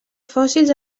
fòssils